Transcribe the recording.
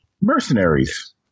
Mercenaries